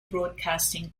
broadcasting